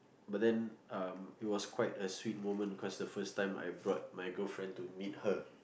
but then um it was quite a sweet moment because the first time I brought my girlfriend to meet her